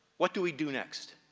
what do we do next?